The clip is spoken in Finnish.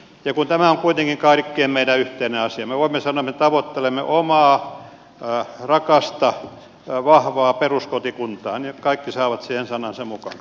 ja kun tämä on kuitenkin kaikkien meidän yhteinen asia me voimme sanoa että me tavoittelemme omaa rakasta vahvaa peruskotikuntaa niin että kaikki saavat siihen sanansa mukaan